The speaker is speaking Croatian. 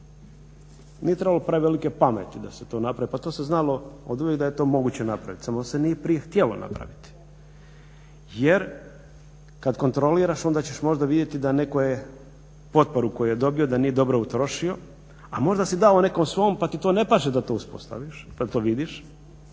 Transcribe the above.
Nije trebalo prevelike pameti da se to napravi, pa to se znalo oduvijek da je to moguće napraviti samo se nije prije htjelo napraviti jer kada kontroliraš onda ćeš možda vidjeti da neko je potporu koju je dobio da nije dobro utrošio, a možda si dao nekom svom pa ti to ne paše da to vidiš, a to nije